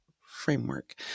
Framework